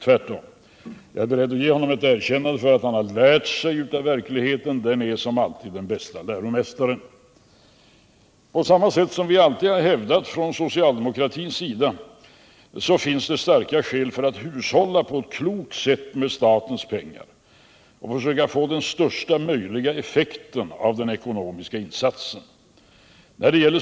Tvärtom); jag är beredd att ge honom ett erkännande för att han har lärt sig av verkligheten — den är som alltid den bäste läromästaren. På samma sätt som vi alltid har hävdat från socialdemokratins sida finns det starka skäl för att hushålla på ett klokt sätt med statens pengar och försöka få den största möjliga effekten av den ekonomiska insatsen.